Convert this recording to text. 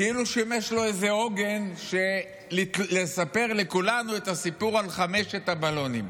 כאילו שימש לו איזה עוגן לספר לכולנו את הסיפור על חמשת הבלונים.